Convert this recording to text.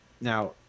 Now